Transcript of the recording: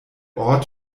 ort